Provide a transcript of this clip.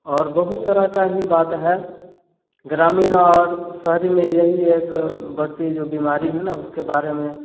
और बहुत तरह का ही बात है ग्रामीण और शहरी में यही एक बढ़ती जो बीमारी है न उसके बारे में